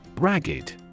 Ragged